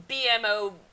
BMO